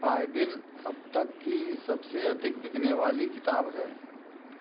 Bible अब तक की सबसे अधिक बिकने वाली किताब है